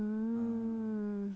mm